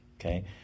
Okay